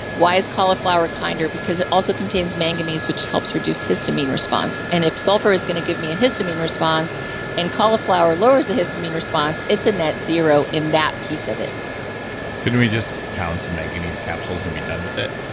why is cauliflower kinder? because it also contains manganese which helps reduce histamine response and if sulfur is going to give me a histamine response and cauliflower lowers the histamine response, it's a net zero in that piece of it can we just pound some manganese capsules and be done with it?